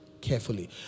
carefully